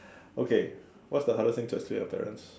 okay what's the hardest thing to explain to your parents